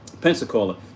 Pensacola